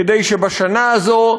כדי שבשנה הזאת,